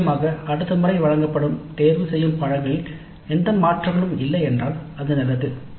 நிச்சயமாக அடுத்த முறை வழங்கப்படும் தேர்ந்தெடுக்கப்பட்ட பாடநெறியில் எந்த மாற்றங்களும் இல்லை என்றால் அது நல்லது